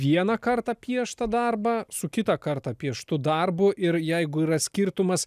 vieną kartą pieštą darbą su kitą kartą pieštu darbu ir jeigu yra skirtumas